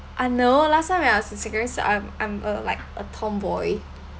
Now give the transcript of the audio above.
I know last time when I was in secondary school I'm I'm a like a tomboy